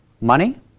money